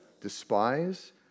despise